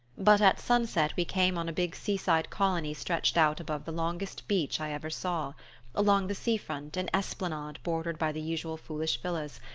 but at sunset we came on a big seaside colony stretched out above the longest beach i ever saw along the sea-front, an esplanade bordered by the usual foolish villas,